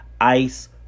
Ice